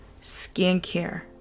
skincare